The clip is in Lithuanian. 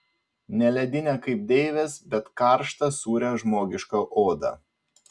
ne ledinę kaip deivės bet karštą sūrią žmogišką odą